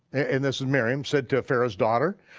and this is miriam said to pharaoh's daughter.